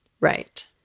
Right